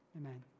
Amen